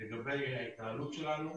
לגבי ההתנהלות שלנו